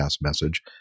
message